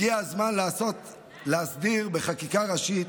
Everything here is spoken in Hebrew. הגיע הזמן להסדיר בחקיקה ראשית